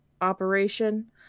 operation